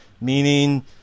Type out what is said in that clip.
meaning